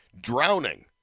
Drowning